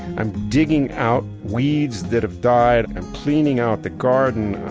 i'm digging out weeds that have died. i'm cleaning out the garden.